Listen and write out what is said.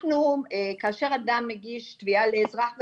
כאשר אדם מגיש תביעה לאזרח ותיק,